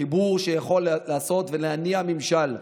חיבור שיכול לעשות ולהניע ממשל.